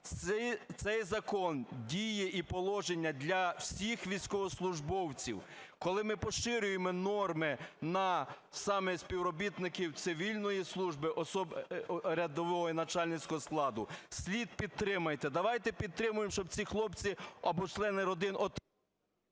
Цей закон діє, і положення для всіх військовослужбовців коли ми поширюємо норми саме на співробітників цивільної служби, осіб рядового і начальницького складу, слід підтримати. Давайте підтримаємо, щоб ці хлопці або члени родин…